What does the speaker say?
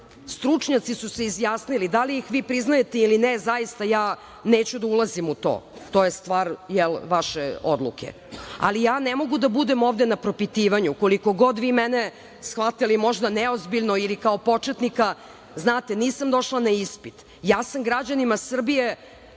stručnjaci su se izjasnili, da li ih vi priznajete ili ne, zaista neću da ulazim u to, to je stvar vaše odluke, ali ja ne mogu da budem ovde na propitivanju koliko god vi mene shvatala možda neozbiljno ili kao početnika. Znate, nisam došla na ispit. Ja sam građanima Srbije